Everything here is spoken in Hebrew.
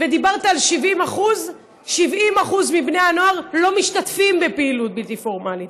ודיברת על 70% 70% מבני הנוער לא משתתפים בפעילות בלתי פורמלית.